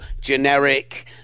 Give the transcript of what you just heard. generic